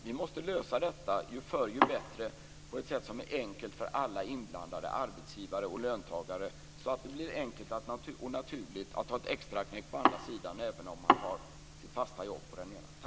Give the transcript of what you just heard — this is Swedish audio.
Vi måste lösa detta - ju förr dess bättre - på ett sätt som är enkelt för alla inblandade arbetsgivare och löntagare så att det blir enkelt och naturligt att ta ett extraknäck på den ena sidan även om man har sitt fasta jobb på den andra.